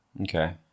Okay